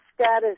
status